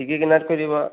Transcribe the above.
খিৰিকী কিনাৰত কৰি দিব